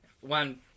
one